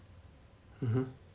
mmhmm